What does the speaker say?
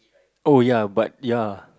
oh ya but ya